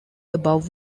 above